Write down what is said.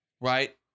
right